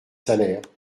salaires